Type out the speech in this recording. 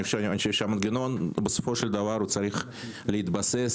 אני חושב שהמנגנון בסופו של דבר צריך להתבסס